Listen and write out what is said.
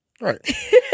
Right